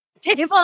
table